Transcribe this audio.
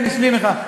אני אשלים לך,